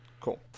Cool